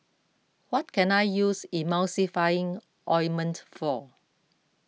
what can I use Emulsying Ointment for